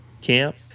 camp